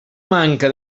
manca